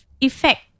effect